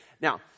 Now